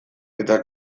eta